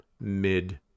mid